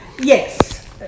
Yes